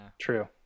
true